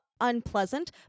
unpleasant